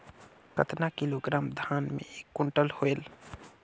कतना किलोग्राम धान मे एक कुंटल होयल?